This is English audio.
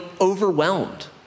overwhelmed